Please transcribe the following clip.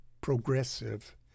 progressive